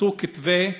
רוססו כתבי שנאה,